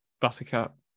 Buttercup